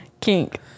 Kink